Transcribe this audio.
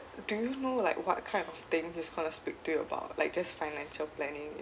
do you know like what kind of thing he's going to speak to you about like just financial planning